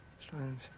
Strange